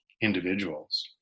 individuals